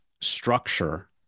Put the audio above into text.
structure